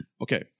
Okay